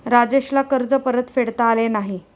राजेशला कर्ज परतफेडता आले नाही